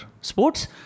Sports